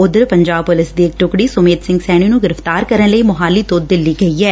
ਉਧਰ ਪੰਜਾਬ ਪੁਲਿਸ ਦੀ ਇਕ ਟੁਕੜੀ ਸੁਮੇਧ ਸੈਣੀ ਨੁੰ ਗ੍ਰਿਫ਼ਤਾਰ ਕਰਨ ਲਈ ਮੋਹਾਲੀ ਤੋਂ ਦਿੱਲੀ ਗਈ ਐ